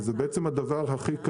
וזה הדבר הכי קל.